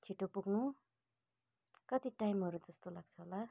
छिट्टो पुग्नु कति टाइमहरू जस्तो लाग्छ होला